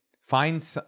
Find